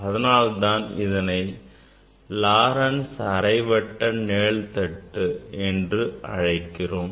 அதனால்தான் இதனை Laurent's அரைவட்ட நிழல்தட்டு என்று அழைக்கிறோம்